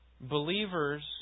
believers